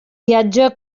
viatge